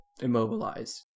immobilized